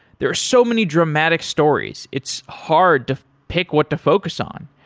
there are so many dramatic stories. it's hard to pick what to focus on.